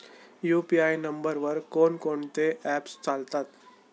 UPI नंबरवर कोण कोणते ऍप्स चालतात?